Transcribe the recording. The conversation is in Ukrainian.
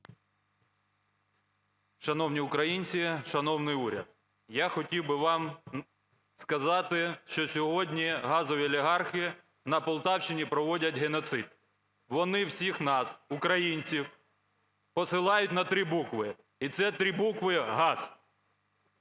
Шановні українці, шановний уряд! Я хотів би вам сказати, що сьогодні газові олігархи на Полтавщині проводять геноцид. Вони всіх нас, українців, посилають на три букви, і ці три букви – газ.